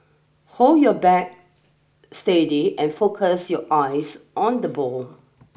hold your bat steady and focus your eyes on the ball